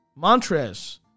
Montrez